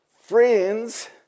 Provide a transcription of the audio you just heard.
Friends